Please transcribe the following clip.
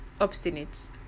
obstinate